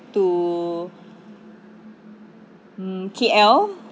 to mm K_L